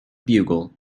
bugle